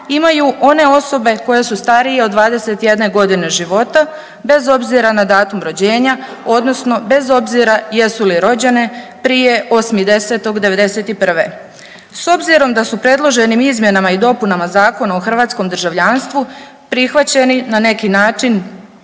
imaju one osobe koje su starije od 21.g. života bez obzira na datum rođenja odnosno bez obzira jesu li rođene prije 8.10.'91.. S obzirom da su predloženim izmjenama i dopunama Zakona o hrvatskom državljanstvu prihvaćeni na neki način